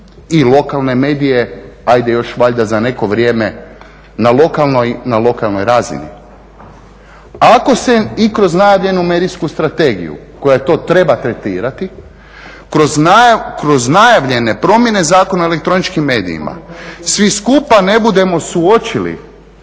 i lokalne medije, ajde još valjda za neko vrijeme na lokalnoj razini. Ako se i kroz najavljenu medijsku strategiju koja to treba tretirati, kroz najavljene promjene Zakona o elektroničkim medijima svi skupa ne budemo suočili